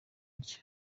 rye